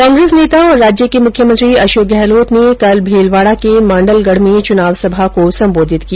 कांग्रेस नेता और राज्य के मुख्यमंत्री अशोक गहलोत ने कल भीलवाड़ा के माण्डलगढ़ में चुनाव सभा को सम्बोधित किया